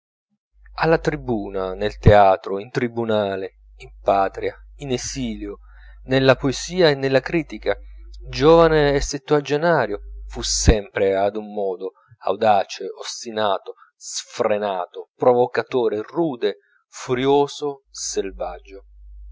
alla tribuna nel teatro in tribunale in patria in esilio nella poesia e nella critica giovane e settuagenario fu sempre ad un modo audace ostinato sfrenato provocatore rude furioso selvaggio